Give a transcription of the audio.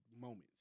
moments